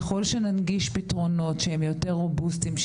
ככל שננגיש פתרונות שהם יותר רובוסטיים,